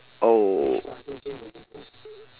oh